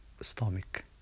stomach